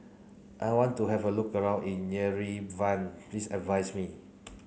I want to have a look around in Yerevan please advise me